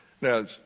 Now